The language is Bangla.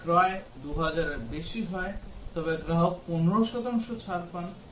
যদি ক্রয় 2000 টাকার বেশি হয় তবে গ্রাহক 15 শতাংশ ছাড় পান